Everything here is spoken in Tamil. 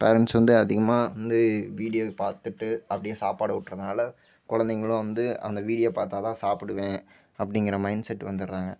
பேரன்ட்ஸ் வந்து அதிகமாக வந்து வீடியோ பார்த்துட்டு அப்படியே சாப்பாடு ஊட்டுறதனால குலந்தைங்களும் வந்து அந்த வீடியோ பார்த்தாதான் சாப்பிடுவேன் அப்படிங்குற மைண்செட்டுக்கு வந்துடுறாங்க